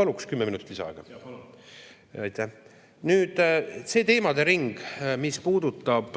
Paluks kümme minutit lisaaega. Jaa, palun! Jaa, palun! Aitäh! Nüüd, see teemadering, mis puudutab